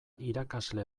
irakasle